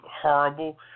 horrible